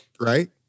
Right